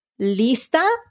Lista